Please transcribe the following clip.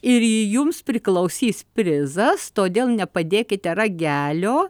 ir jums priklausys prizas todėl nepadėkite ragelio